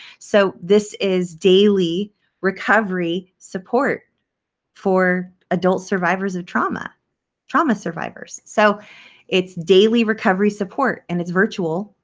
so this is daily recovery support for adult survivors of trauma trauma survivors. so it's daily recovery support and it's virtual.